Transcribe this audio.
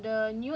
I don't know